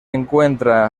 encuentra